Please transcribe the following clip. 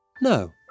No